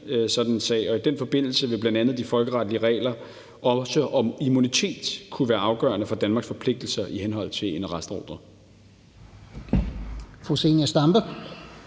I den forbindelse vil bl.a. de folkeretlige regler, også om immunitet, kunne være afgørende for Danmarks forpligtelser i forhold til en arrestordre.